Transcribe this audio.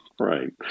Right